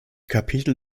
kapitel